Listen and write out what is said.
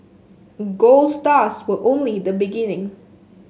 gold stars were only the beginning